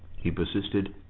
he persisted,